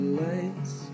lights